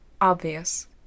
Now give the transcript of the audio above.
Obvious